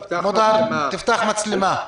תפתח את המצלמה.